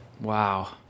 Wow